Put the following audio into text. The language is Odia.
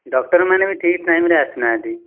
ଡକ୍ଟରମାନେ ବି ଠିକ୍ ଟାଇମ୍ରେ ଆସୁନାହାନ୍ତି